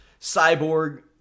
Cyborg